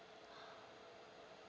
I